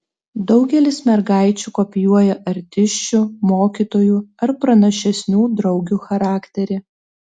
daugelis mergaičių kopijuoja artisčių mokytojų ar pranašesnių draugių charakterį